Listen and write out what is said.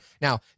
Now